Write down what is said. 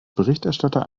berichterstatter